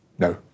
No